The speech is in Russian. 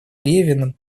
левиным